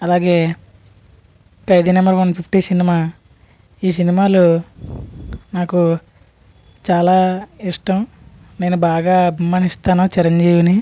అలాగే Khaidi number one fifty సినిమా ఈ సినిమాలు నాకు చాలా ఇష్టం నేను బాగా అభిమానిస్తాను చిరంజీవిని